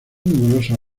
numerosos